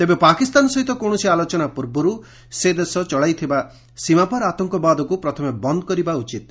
ତେବେ ପାକିସ୍ତାନ ସହିତ କୌଣସି ଆଲୋଚନା ପୂର୍ବରୁ ସେ ଦେଶ ଚଳାଇଥିବା ସୀମାପାର୍ ଆତଙ୍କବାଦକୁ ପ୍ରଥମେ ବନ୍ଦ କରିବା ଉଚିତ୍